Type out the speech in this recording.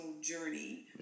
journey